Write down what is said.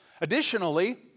Additionally